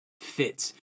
fits